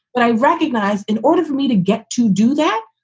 what i recognize in order for me to get to do that,